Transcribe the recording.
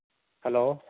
hello